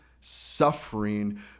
suffering